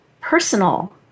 personal